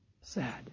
Sad